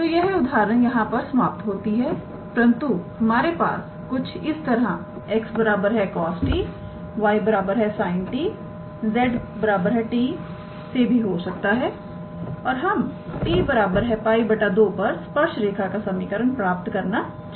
तो यह उदाहरण यहां पर समाप्त होती है परंतु हमारे पास कुछ इस तरह 𝑥 cos 𝑡 𝑦 sin 𝑡 𝑧 𝑡 से भी हो सकता है और हम बिंदु 𝑡 𝜋 2 पर स्पर्श रेखा का समीकरण पता करना चाहते हैं